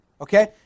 Okay